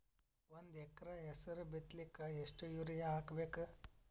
ಒಂದ್ ಎಕರ ಹೆಸರು ಬಿತ್ತಲಿಕ ಎಷ್ಟು ಯೂರಿಯ ಹಾಕಬೇಕು?